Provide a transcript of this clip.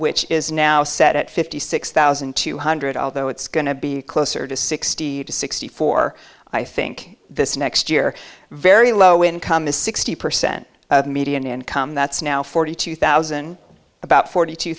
which is now set at fifty six thousand two hundred although it's going to be closer to sixty to sixty four i think this next year very low income is sixty percent of the median income that's now forty two thousand about forty two